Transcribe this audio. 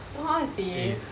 ah seh